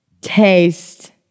Taste